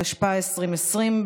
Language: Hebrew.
התשפ"א 2020,